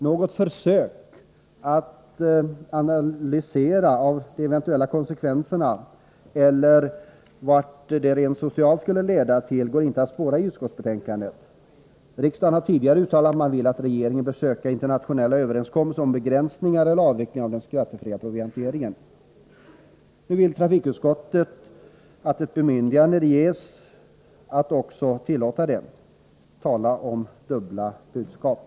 Något försök att analysera eventuella konsekvenser eller vart detta rent socialt skulle leda går inte att spåra i utskottsbetänkandet. Riksdagen har tidigare uttalat att regeringen bör söka internationella överenskommelser om begränsningar eller avveckling av den skattefria provianteringen. Samtidigt vill nu trafikutskottet att ett bemyndigande skall ges regeringen att tillåta denna. Tala om dubbla budskap!